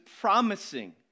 promising